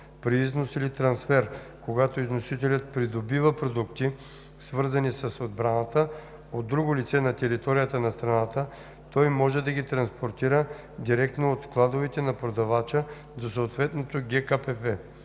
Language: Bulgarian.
При износ или трансфер, когато износителят придобива продукти, свързани с отбраната, от друго лице на територията на страната, той може да ги транспортира директно от складовете на продавача до съответното ГКПП.